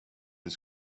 det